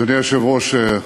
אדוני היושב-ראש,